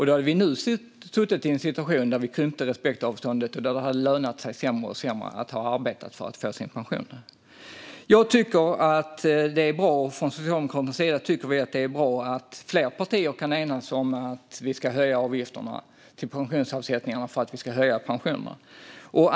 Då hade vi nu suttit i en situation där respektavståndet hade krympt och det hade lönat sig sämre och sämre att ha arbetat för sin pension. Vi socialdemokrater tycker att det är bra att fler partier kan enas om att vi ska höja avgifterna till pensionsavsättningarna för att höja pensionerna.